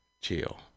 chill